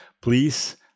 please